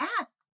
ask